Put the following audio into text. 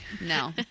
No